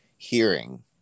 Hearing